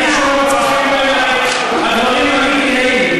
ראיתי שלא מצאו חן בעינייך הדברים על ניקי היילי.